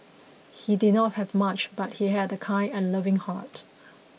he did not have much but he had a kind and loving heart